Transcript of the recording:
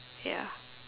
ya